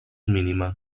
mínima